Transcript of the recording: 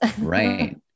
Right